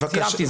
סיימתי.